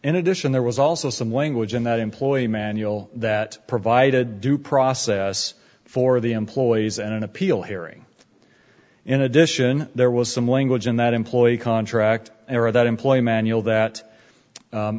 in addition there was also some language in that employee manual that provided due process for the employees and an appeal hearing in addition there was some language in that employee contract or that employee manual that